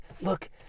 look